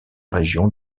région